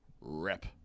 rip